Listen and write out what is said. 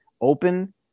open